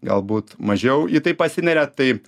galbūt mažiau į tai pasineria tai